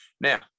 Now